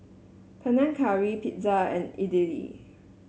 Panang Curry Pizza and Idili